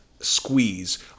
squeeze